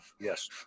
Yes